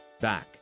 Back